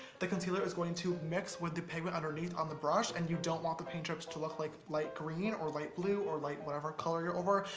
the concealer is going to mix with the pigment underneath on the brush, and you don't want the paint drips to look like light green, or light blue, or light whatever color you're over.